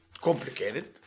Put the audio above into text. complicated